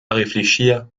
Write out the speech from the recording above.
réfléchir